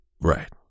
Right